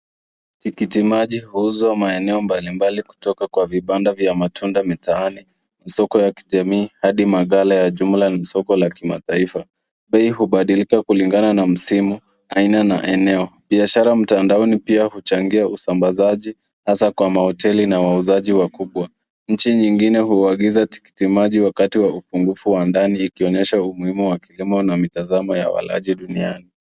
Tikitimaji huuzwa maeneo mbalimbali kutoka kwa vibanda vya matunda ya mitaani, masoko ya kijamii hadi maghala ya kijumla na soko la kimataifa. Bei hubadilika kulingana na msimu, aina na maeneo, biashara mtandaoni pia huchangia uambazaji hasa kwa mahoteli na wauzaji wakubwa. Nchi nyingine huagiza tikitimaji wakati wa upungufu wa ndani ukionyesha umuhimu wa kilimo na mitazamo ya walaji duniani.